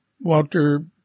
Walter